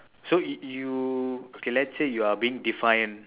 so if you okay let's say you are being defiant